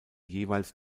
jeweils